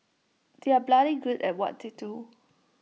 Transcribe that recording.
they are bloody good at what they do